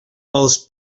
els